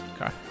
Okay